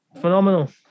Phenomenal